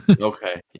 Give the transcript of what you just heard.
Okay